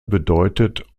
bedeutet